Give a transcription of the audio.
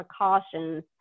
precautions